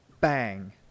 bang